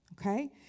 Okay